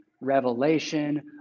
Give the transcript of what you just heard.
Revelation